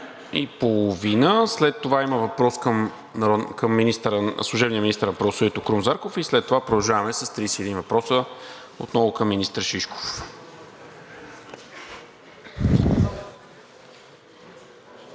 до 13,30 ч. След това има въпрос към служебния министър на правосъдието Крум Зарков и след това продължаваме с 31 въпроса, отново към министър Шишков.